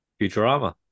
Futurama